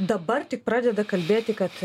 dabar tik pradeda kalbėti kad